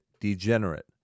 Degenerate